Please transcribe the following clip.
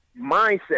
mindset